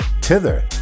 Tither